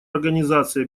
организации